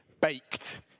baked